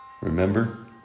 Remember